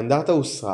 האנדרטה הוסרה